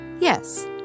Yes